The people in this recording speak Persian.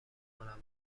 کند